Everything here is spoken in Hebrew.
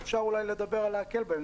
שאפשר אולי לדבר על הקלה בהן.